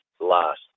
last